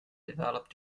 develop